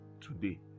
today